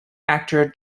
actor